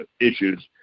issues